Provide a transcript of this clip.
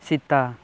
Sita